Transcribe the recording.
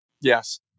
yes